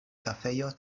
kafejo